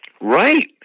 Right